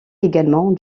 également